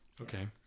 Okay